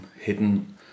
hidden